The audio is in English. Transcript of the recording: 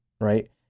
right